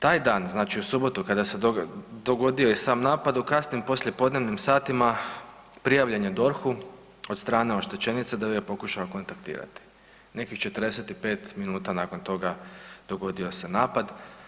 Taj dan znači u subotu kada se dogodio i sam napad u kasnim poslijepodnevnim satima prijavljen je DORH-u od strane oštećenice da ju je pokušao kontaktirati, nekih 45 minuta nakon toga dogodio se napad.